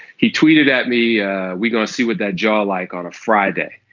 he tweeted at me yeah we got to see what that jaw like on a friday.